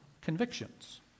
convictions